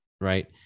Right